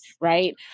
Right